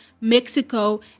Mexico